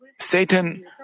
Satan